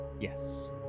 Yes